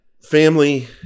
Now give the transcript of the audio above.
family